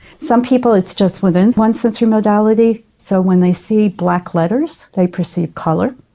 some people, it's just within one sensory modality, so when they see black letters they perceive colour.